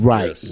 Right